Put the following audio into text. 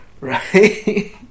right